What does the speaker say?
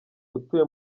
utuye